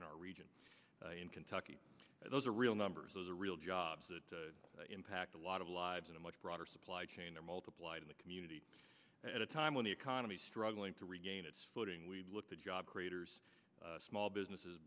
in our region in kentucky but those are real numbers those are real jobs that impact a lot of lives on a much broader supply chain or multiplied in the community at a time when the economy is struggling to regain its footing we look to job creators small businesses